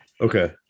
Okay